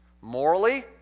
morally